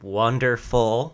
wonderful